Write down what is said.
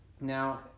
now